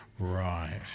Right